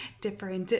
different